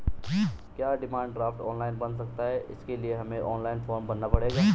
क्या demand draft online बन सकता है इसके लिए हमें ऑनलाइन फॉर्म भरना पड़ेगा?